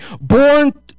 born